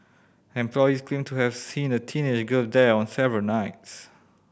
employees claimed to have seen a teenage girl there on several nights